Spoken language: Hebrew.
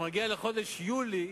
אנחנו נגיע לחודש יולי,